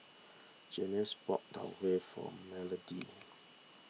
Janice bought Tau Huay for Melodie